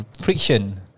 friction